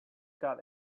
got